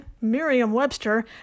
Merriam-Webster